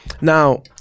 now